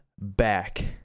back